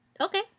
Okay